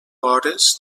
hores